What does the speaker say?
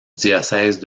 diocèse